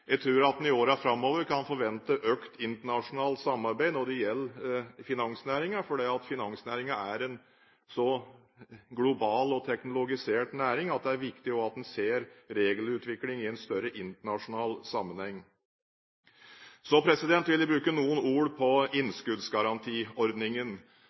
Jeg tror at en i årene framover kan forvente økt internasjonalt samarbeid når det gjelder finansnæringen. Finansnæringen er en så global og teknologisert næring at det er viktig at en også ser regelutvikling i en større, internasjonal sammenheng. Så vil jeg bruke noen ord på